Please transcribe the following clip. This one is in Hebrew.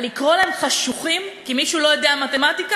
לקרוא להם חשוכים כי מישהו לא יודע מתמטיקה?